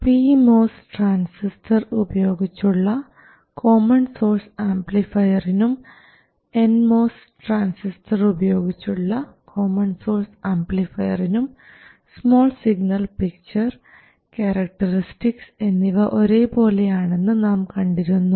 P MOS transistor ഉപയോഗിച്ച് ഉള്ള common source ആംപ്ലിഫയറിനും എൻ മോസ് ട്രാൻസിസ്റ്റർ ഉപയോഗിച്ച് ഉള്ള കോമൺ സോഴ്സ് ആംപ്ലിഫയറിനും സ്മോൾ സിഗ്നൽ പിക്ചർ ക്യാരക്ടറിസ്റ്റിക്സ് എന്നിവ ഒരേ പോലെയാണെന്ന് നാം കണ്ടിരുന്നു